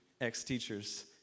ex-teachers